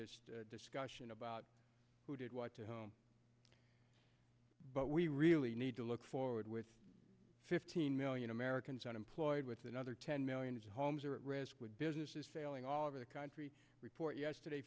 this discussion about who did what but we really need to look forward with fifteen million americans unemployed with another ten million homes are at risk with businesses failing all over the country report yesterday